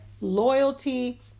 loyalty